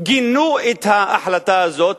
גינו את ההחלטה הזאת